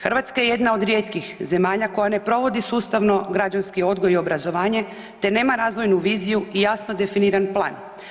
Hrvatska je jedna od rijetkih zemalja koja ne provodi sustavno građanski odgoj i obrazovanje te nema razvojnu viziju i jasno definiran plan.